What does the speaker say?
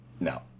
No